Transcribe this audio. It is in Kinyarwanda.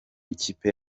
ikipe